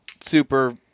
super